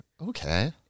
Okay